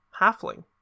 halfling